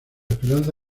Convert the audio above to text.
esperanza